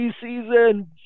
season